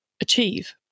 achieve